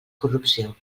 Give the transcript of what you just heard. corrupció